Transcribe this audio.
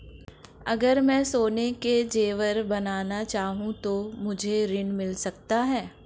अगर मैं सोने के ज़ेवर बनाना चाहूं तो मुझे ऋण मिल सकता है?